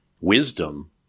wisdom